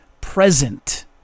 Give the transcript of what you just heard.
present